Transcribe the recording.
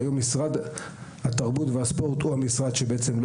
היום משרד התרבות והספורט הוא המשרד שיש לו